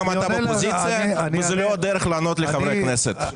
גם אתה בפוזיציה וזה לא הדרך לענות לחברי כנסת.